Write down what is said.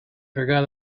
forgot